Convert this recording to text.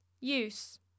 Use